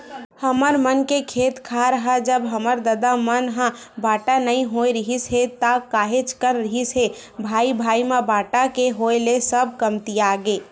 हमर मन के खेत खार ह जब हमर ददा मन ह बाटा नइ होय रिहिस हे ता काहेच कन रिहिस हे भाई भाई म बाटा के होय ले सब कमतियागे